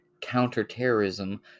Counterterrorism